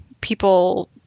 people